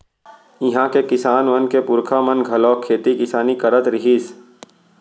इहां के किसान मन के पूरखा मन घलोक खेती किसानी करत रिहिस